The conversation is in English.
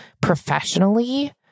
professionally